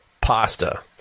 pasta